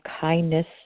kindness